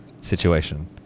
situation